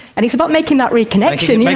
and it's about making that reconnection. like